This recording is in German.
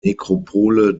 nekropole